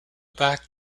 back